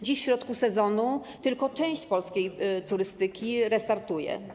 Dziś, w środku sezonu, tylko część polskiej turystyki restartuje.